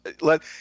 let